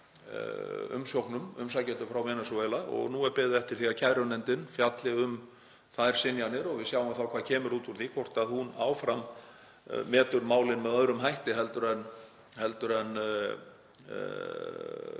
umsóknum umsækjenda frá Venesúela. Nú er beðið eftir því að kærunefndin fjalli um þær synjanir og við sjáum hvað kemur út úr því, hvort hún áfram metur málin með öðrum hætti heldur en stofnunin